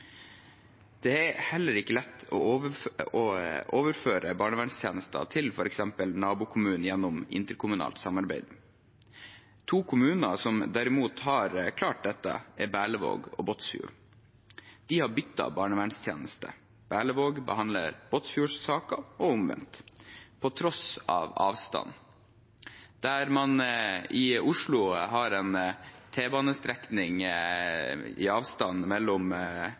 Det er heller ikke lett å overføre barnevernstjenester til f.eks. nabokommunen gjennom interkommunalt samarbeid. To kommuner som derimot har klart dette, er Berlevåg og Båtsfjord. De har byttet barnevernstjeneste. Berlevåg behandler Båtsfjords saker og omvendt – på tross av avstand. Der man i Oslo har en t-banestrekning i avstand mellom